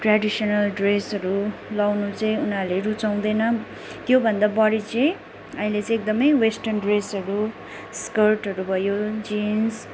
traditional ड्रेसहरू लाउनु चाहिँ उनीहरूले रुचाउँदैन त्योभन्दा बढी चाहिँ अहिले चाहिँ एकदमै वेस्टर्न ड्रेसहरू स्कर्टहरू भयो जिन्स